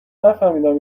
نفهمیدم